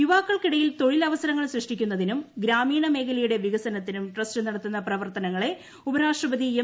യുവാക്കൾക്കിടയിൽ തൊഴിൽ അവസരങ്ങൾ സൃഷ്ടിക്കുന്നതിനും ഗ്രാമീണ മേഖലയുടെ വികസനത്തിനും ട്രസ്റ്റ് നടത്തുന്ന പ്രവർത്തനങ്ങളെ ഉപരാഷ്ട്രപതി എം